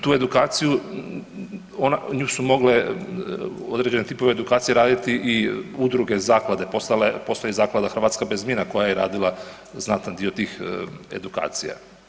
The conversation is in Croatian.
Tu edukaciju nju su mogle određene tipove edukacije raditi i udruge zaklade postoji Zaklada Hrvatska bez mina koja je radila znatan dio tih edukacija.